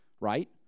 right